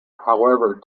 however